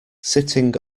sitting